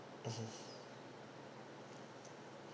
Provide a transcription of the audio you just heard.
mmhmm